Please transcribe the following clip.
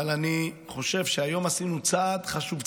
אבל אני חושב שהיום עשינו צעד חשוב,